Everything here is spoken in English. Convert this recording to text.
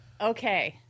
Okay